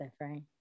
right